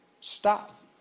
Stop